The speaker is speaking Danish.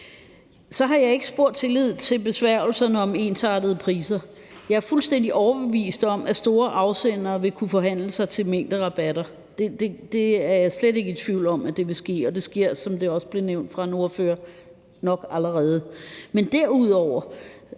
Jeg har ikke spor tillid til besværgelserne om ensartede priser. Jeg er fuldstændig overbevist om, at store afsendere vil kunne forhandle sig til mængderabatter; det er jeg slet ikke i tvivl om vil ske. Og det sker, som det også blev nævnt af en ordfører, nok allerede. Men derudover